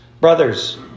Brothers